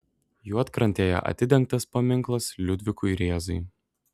juodkrantėje atidengtas paminklas liudvikui rėzai